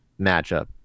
matchup